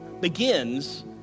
begins